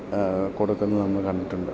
കൊടുക്കുന്നത് നമ്മൾ കണ്ടിട്ടുണ്ട്